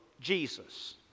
Jesus